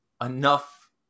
enough